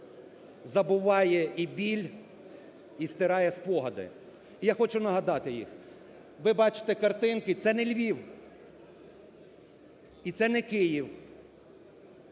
забуває і біль і стирає спогади. Я хочу нагадати їх. Ви бачите картинки, це не Львів і це не Київ.